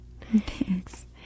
Thanks